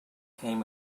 came